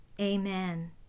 Amen